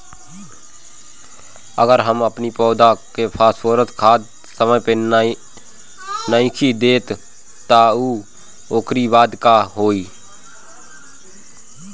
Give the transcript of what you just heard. अगर हम अपनी पौधा के फास्फोरस खाद समय पे नइखी देत तअ ओकरी बाद का होई